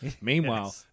Meanwhile